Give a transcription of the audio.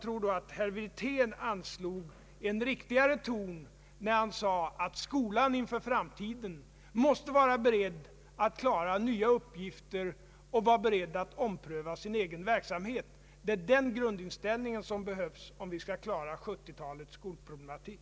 Herr Wirtén anslog nog en riktigare ton, när han sade att skolan inför framtiden måste vara beredd att klara nya uppgifter och att ompröva sin egen verksamhet. Det är den grundinställningen som behövs, om vi skall klara 1970-talets skolproblematik.